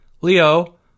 Leo